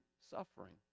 suffering